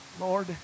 Lord